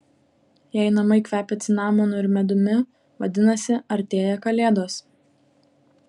jei namai kvepia cinamonu ir medumi vadinasi artėja kalėdos